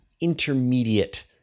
intermediate